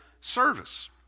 service